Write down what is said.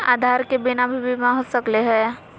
आधार के बिना भी बीमा हो सकले है?